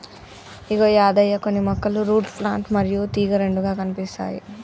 ఇగో యాదయ్య కొన్ని మొక్కలు root plant మరియు తీగ రెండుగా కనిపిస్తాయి